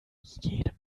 jedem